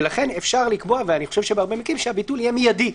ולכן אפשר לקבוע בהרבה מקרים שהביטול יהיה מיידי.